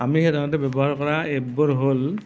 আমি সাধাৰণতে ব্যৱহাৰ কৰা এপবোৰ হ'ল